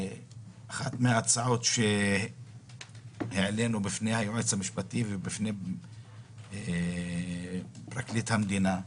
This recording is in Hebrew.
אחת מן ההצעות שהעלינו בפני היועץ המשפטי לממשלה ובפני פרקליט המדינה,